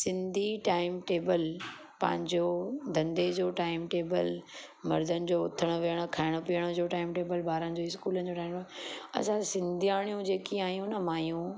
Sindhi time table पंहिंजो धंधे जो टाइम टेबल मर्दनि जो उथणु विहणु खाइणु पीअण जो टाइम टेबल ॿारनि जो स्कूल जो टाइम टेबल असां सिंधियाड़ियूं जेकी आहियूं मायूं